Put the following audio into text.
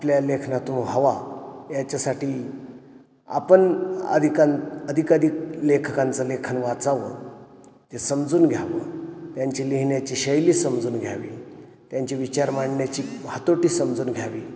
आपल्या लेखनातून हवा याच्यासाटी आपण अधिकां अधिकधिक लेखकांचं लेखन वाचावं ते समजून घ्यावं त्यांची लिहिण्याची शैली समजून घ्यावी त्यांचे विचार मांडण्याची हातोटी समजून घ्यावी